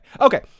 Okay